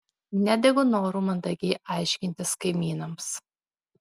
nedegu noru mandagiai aiškintis kaimynams